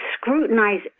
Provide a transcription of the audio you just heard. scrutinize